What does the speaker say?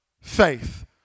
faith